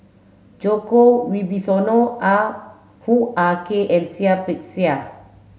Djoko Wibisono Ah Hoo Ah Kay and Seah Peck Seah